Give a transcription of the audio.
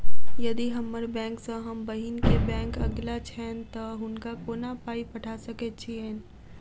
यदि हम्मर बैंक सँ हम बहिन केँ बैंक अगिला छैन तऽ हुनका कोना पाई पठा सकैत छीयैन?